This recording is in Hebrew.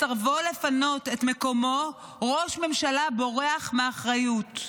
בסרבו לפנות את מקומו, ראש ממשלה בורח מאחריות.